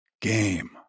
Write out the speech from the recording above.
game